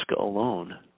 alone